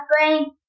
brain